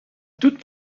toute